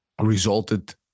resulted